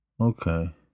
Okay